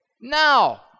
Now